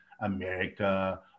America